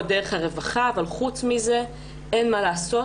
דרך הרווחה אבל חוץ מזה אין מה לעשות.